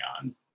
on